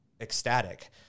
ecstatic